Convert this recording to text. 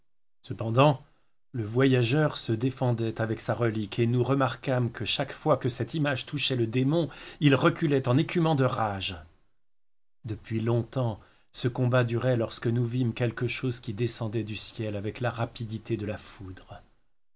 cependant le voyageur se défendait avec sa relique et nous remarquâmes que chaque fois que cette image touchait le démon il reculait en écumant de rage depuis longtemps ce combat durait lorsque nous vîmes quelque chose qui descendait du ciel avec la rapidité de la foudre